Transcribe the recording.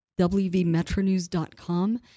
wvmetronews.com